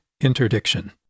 interdiction